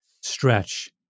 stretch